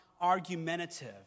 argumentative